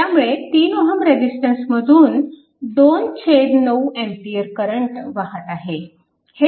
त्यामुळे 3Ω रेजिस्टन्समधून 29 A current वाहत आहे